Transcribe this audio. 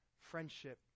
friendship